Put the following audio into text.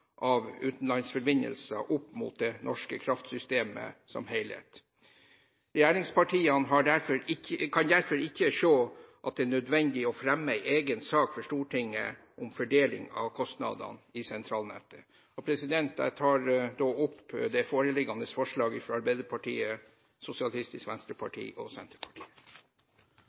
av utenlandsforbindelser opp mot det norske kraftsystemet som helhet. Regjeringspartiene kan derfor ikke se at det er nødvendig å fremme en egen sak for Stortinget om fordeling av kostnadene i sentralnettet. Jeg tar da opp det foreliggende forslaget fra Arbeiderpartiet, Sosialistisk Venstreparti og Senterpartiet.